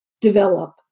develop